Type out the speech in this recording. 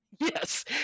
Yes